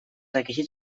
requisit